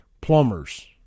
plumbers